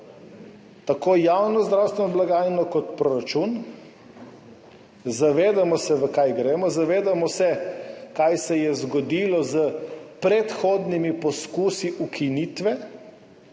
tako javno zdravstveno blagajno kot proračun. Zavedamo se, v kaj gremo, zavedamo se, kaj se je zgodilo s predhodnimi poskusi ukinitve,